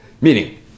meaning